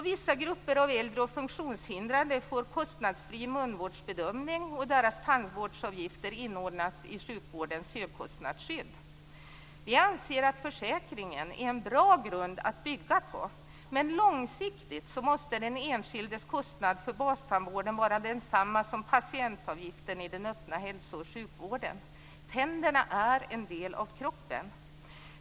Vissa grupper av äldre och funktionshindrade får kostnadsfri munvårdsbedömning, och deras tandvårdsavgifter inordnas i sjukvårdens högkostnadsskydd. Vi anser att försäkringen är en bra grund att bygga på, men långsiktigt måste den enskildes kostnad för bastandvården vara densamma som patientavgiften i den öppna hälso och sjukvården. Tänderna är en del av kroppen.